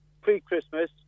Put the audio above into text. pre-Christmas